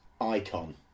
icon